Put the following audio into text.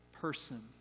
person